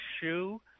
shoe